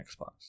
Xbox